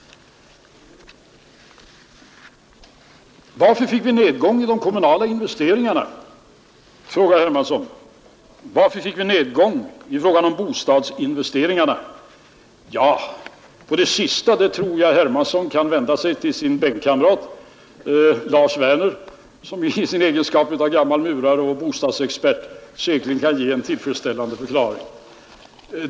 Varför fick vi en nedgång i de kommunala investeringarna, frågar herr Hermansson, Varför fick vi en nedgång i fråga om bostadsinvesteringarna? Ja, beträffande den sista frågan tror jag att herr Hermansson kan vända sig till sin bänkkamrat, Lars Werner, som i sin egenskap av gammal murare och bostadsexpert säkerligen kan ge en tillfredsställande förklaring.